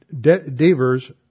Devers